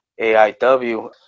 AIW